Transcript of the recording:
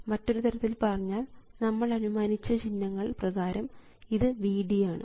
മറ്റൊരു തരത്തിൽ പറഞ്ഞാൽ നമ്മൾ അനുമാനിച്ച ചിഹ്നങ്ങൾ പ്രകാരം ഇത് Vd ആണ്